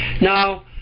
Now